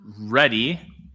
ready